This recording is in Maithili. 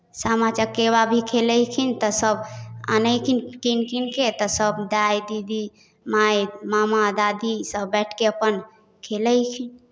सामा चकेबा भी खेलैहेखिन तऽ सभ अनैहेखिन कीन कीन कऽ तऽ सभ दाइ दीदी माइ मामा दादीसभ बैठि कऽ अपन खेलैहेखिन